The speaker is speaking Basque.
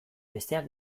besteak